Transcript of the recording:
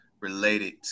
related